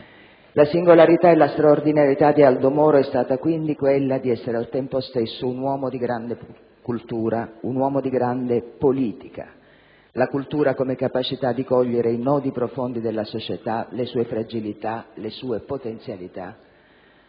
La singolarità e la straordinarietà di Aldo Moro è stata, quindi, quella di essere al tempo stesso un uomo di grande cultura, un uomo di grande politica: la cultura come capacità di cogliere i nodi profondi della società, le sue fragilità, le sue potenzialità;